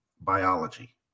biology